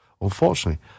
Unfortunately